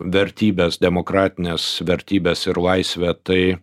vertybes demokratines vertybes ir laisvę tai